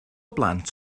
blant